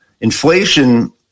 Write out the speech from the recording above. Inflation